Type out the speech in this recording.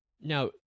Now